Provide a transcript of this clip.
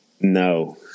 no